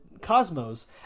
Cosmos